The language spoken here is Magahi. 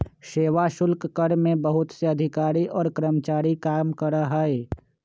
सेवा शुल्क कर में बहुत से अधिकारी और कर्मचारी काम करा हई